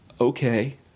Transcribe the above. okay